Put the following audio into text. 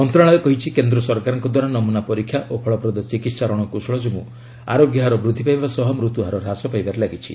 ମନ୍ତ୍ରଣାଳୟ କହିଛି କେନ୍ଦ୍ର ସରକାରଙ୍କଦ୍ୱାରା ନମୁନା ପରୀକ୍ଷା ଓ ଫଳପ୍ରଦ ଚିକିହା ରଣକୌଶଳ ଯୋଗୁଁ ଆରୋଗ୍ୟ ହାର ବୃଦ୍ଧି ପାଇବା ସହ ମୃତ୍ୟୁହାର ହ୍ରାସ ପାଇବାରେ ଲାଗିଛି